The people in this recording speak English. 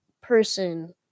person